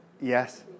Yes